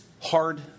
hard